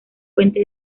fuente